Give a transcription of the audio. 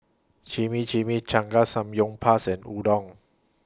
Chimichangas Samgyeopsal and Udon